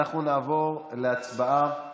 אנחנו נעבור להצבעה